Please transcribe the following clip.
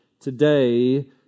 today